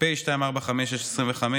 פ/2456/25,